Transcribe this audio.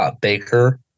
Baker